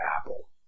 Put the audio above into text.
apple